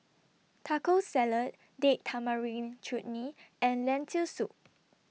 Taco Salad Date Tamarind Chutney and Lentil Soup